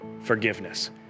forgiveness